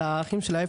על האחים שלה,